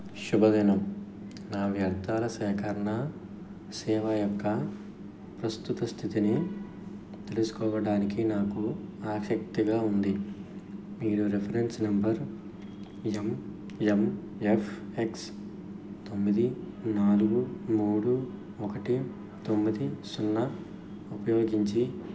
శుభదినం నా వ్యర్థాల సేకరణ సేవ యొక్క ప్రస్తుత స్థితిని తెలుసుకోవడానికి నాకు ఆసక్తిగా ఉంది మీరు reference number M M F X తొమ్మిది నాలుగు మూడు ఒకటి తొమ్మిది సున్నా ఉపయోగించి